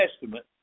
Testament